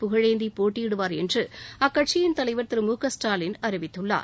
புகழேந்தி போட்டியிடுவார் என்று அக்கட்சியின் தலைவர் திரு மு க ஸ்டாலின் அறிவித்குள்ளார்